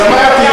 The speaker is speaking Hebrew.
אז אמרתי,